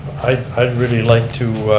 i'd i'd really like to